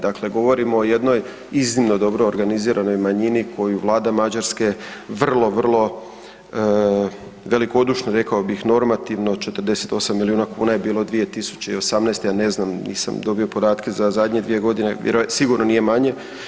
Dakle, govorimo o jednoj iznimno dobro organiziranoj manjini koju vlada Mađarske vrlo, vrlo velikodušno rekao bih, normativno, 48 milijuna kuna je bilo 2018. a ne znam, nisam dobio podatke za zadnje dvije godine, sigurno nije manje.